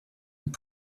and